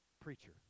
preacher